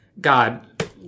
god